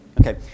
Okay